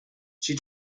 she